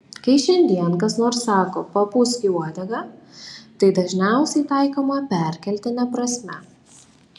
kai šiandien kas nors sako papūsk į uodegą tai dažniausiai taikoma perkeltine prasme